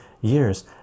years